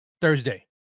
Thursday